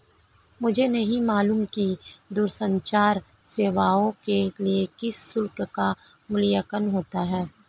मुझे नहीं मालूम कि दूरसंचार सेवाओं के लिए किस शुल्क का मूल्यांकन होता है?